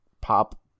pop